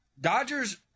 dodgers